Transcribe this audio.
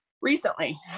recently